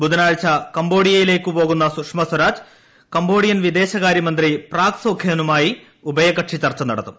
ബുധനാഴ്ച കംബോഡിയയിലേക്കു പോകുന്ന സുഷമ സ്വരാജ് കംബോഡിയൻ വിദേശകാരൃ മന്ത്രി പ്രാക് സോഖോനുമായി ഉഭയകക്ഷി ചർച്ച നടത്തും